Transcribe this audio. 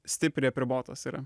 stipriai apribotas yra